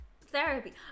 Therapy